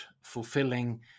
fulfilling